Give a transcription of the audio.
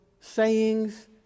sayings